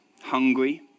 hungry